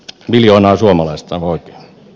miljoonaa suomalaista aivan oikein